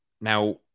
now